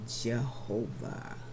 Jehovah